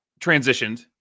transitioned